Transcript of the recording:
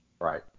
right